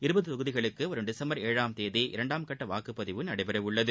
இருபது தொகுதிகளுக்கு வரும் டிசம்பர் ஏழாம் தேதி இரண்டாம் கட்ட வாக்குப் பதிவு நடைபெற உள்ளது